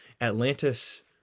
Atlantis